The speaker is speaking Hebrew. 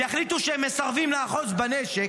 ויחליטו שהם מסרבים לאחוז בנשק,